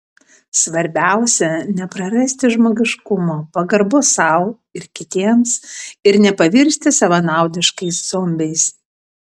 svarbiausia neprarasti žmogiškumo pagarbos sau ir kitiems ir nepavirsti savanaudiškais zombiais